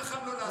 לא,